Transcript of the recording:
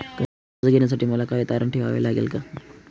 कर्ज घेण्यासाठी मला काही तारण ठेवावे लागेल का?